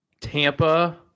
Tampa